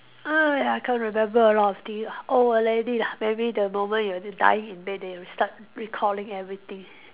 ah ya can't remember a lot of thing ah old already lah maybe the moment you dying in bed then you start recalling everything